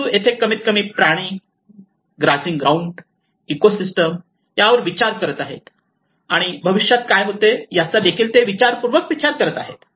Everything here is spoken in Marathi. परंतु येथे ते कमीतकमी प्राणी ग्राझिंग ग्राउंड इकोसिस्टम यावर विचार करीत आहेत आणि भविष्यात काय होते याचा विचारपूर्वक विचार करीत आहेत